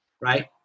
Right